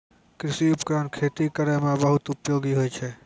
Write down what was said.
कृषि उपकरण खेती करै म बहुत उपयोगी होय छै